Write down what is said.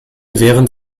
während